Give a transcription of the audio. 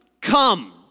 come